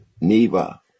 Neva